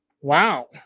Wow